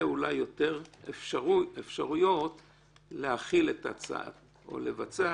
אולי יותר אפשרויות להחיל את הצעד או לבצע